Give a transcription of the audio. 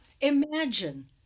imagine